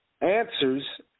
answers